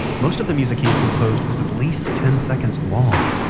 most of the music he had composed was at least ten seconds long.